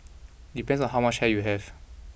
depends on how much hair you have